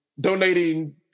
donating